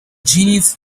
genies